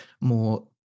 more